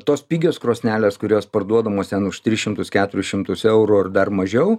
tos pigios krosnelės kurios parduodamos ten už tris šimtus keturis šimtus eurų ar dar mažiau